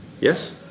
Yes